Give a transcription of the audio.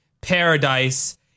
paradise